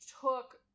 took